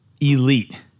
elite